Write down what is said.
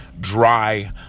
dry